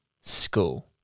school